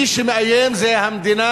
מי שמאיים זה המדינה,